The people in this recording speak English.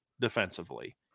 defensively